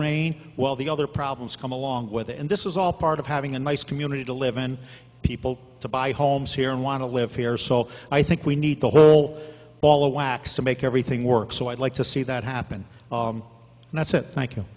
rain while the other problems come along with it and this is all part of having a nice community to live and people to buy homes here and want to live here so i think we need the whole ball of wax to make everything work so i'd like to see that happen and